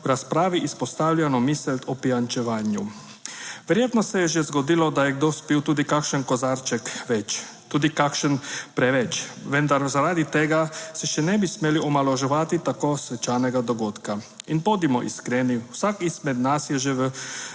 v razpravi izpostavljeno misel o pijančevanju. Verjetno se je že zgodilo, da je kdo spil tudi kakšen kozarček več, tudi kakšen preveč, vendar zaradi tega se še ne bi smeli omalovaževati tako svečanega dogodka. In bodimo iskreni, vsak izmed nas je že v